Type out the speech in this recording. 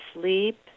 sleep